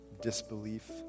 disbelief